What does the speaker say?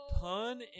Pun